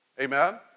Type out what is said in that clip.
Amen